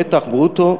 בטח ברוטו,